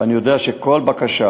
ואני יודע שכל בקשה,